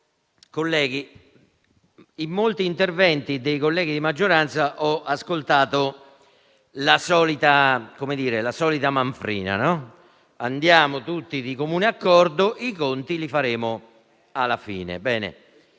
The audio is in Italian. Colleghi, in molti interventi dei colleghi di maggioranza ho ascoltato la solita manfrina: andiamo tutti di comune accordo, i conti li faremo alla fine.